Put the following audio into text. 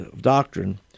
doctrine